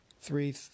three